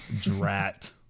Drat